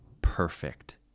Perfect